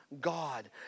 god